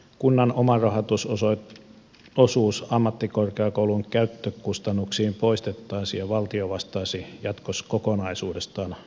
kunnan omarahoitusosuus ammattikorkeakoulun käyttökustannuksiin poistettaisiin ja valtio vastaisi jatkossa kokonaisuudessaan ammattikorkeakoulujen rahoituksesta